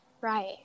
right